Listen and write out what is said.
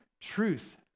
truth